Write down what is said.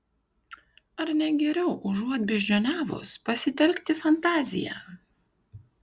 ar ne geriau užuot beždžioniavus pasitelkti fantaziją